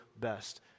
best